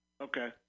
okay